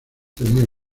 tenía